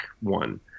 one